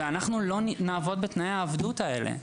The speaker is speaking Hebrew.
אנחנו לא נעבוד בתנאי העבדות האלה.